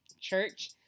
church